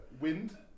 Wind